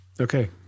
okay